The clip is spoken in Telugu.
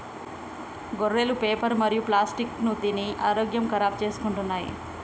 గొర్రెలు పేపరు మరియు ప్లాస్టిక్ తిని ఆరోగ్యం ఖరాబ్ చేసుకుంటున్నయ్